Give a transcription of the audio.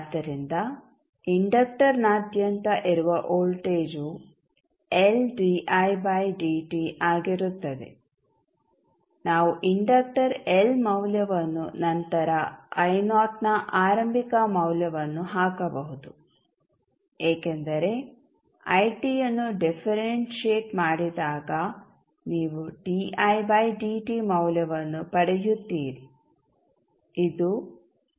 ಆದ್ದರಿಂದ ಇಂಡಕ್ಟರ್ನಾದ್ಯಂತ ಇರುವ voltage L di by dt ಆಗಿರುತ್ತದೆ ನಾವು ಇಂಡಕ್ಟರ್ ಎಲ್ ಮೌಲ್ಯವನ್ನು ನಂತರ ಐ ನಾಟ್ ನ ಆರಂಭಿಕ ಮೌಲ್ಯವನ್ನು ಹಾಕಬಹುದು ಏಕೆಂದರೆ It ಅನ್ನು ಡಿಫೇರೆನ್ಶಿಯೆಟ್ ಮಾಡಿದಾಗ ನೀವು di ಬೈ dt ಮೌಲ್ಯವನ್ನು ಪಡೆಯುತ್ತೀರಿ ಇದು 0